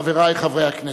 חברי חברי הכנסת,